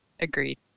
agreed